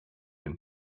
and